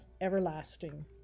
everlasting